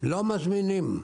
לא מזמינים.